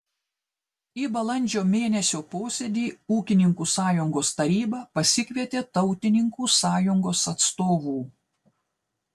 į balandžio mėnesio posėdį ūkininkų sąjungos taryba pasikvietė tautininkų sąjungos atstovų